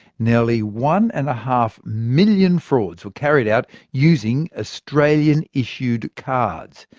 nearly one-and-a-half million frauds were carried out using australian-issued cards.